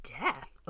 Death